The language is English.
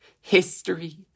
History